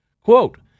Quote